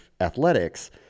athletics